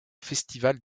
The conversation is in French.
festival